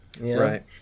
Right